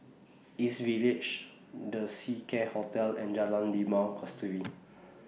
East Village The Seacare Hotel and Jalan Limau Kasturi